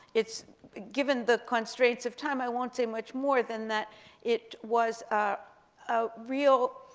it's given the constraints of time, i won't say much more than that it was a a real